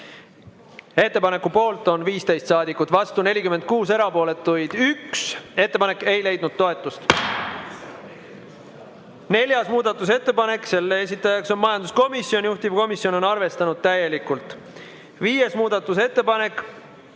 Ettepaneku poolt on 15 saadikut, vastu 46, erapooletuid 1. Ettepanek ei leidnud toetust. Neljas muudatusettepanek, selle esitaja on majanduskomisjon, juhtivkomisjon on arvestanud täielikult. Viies muudatusettepanek,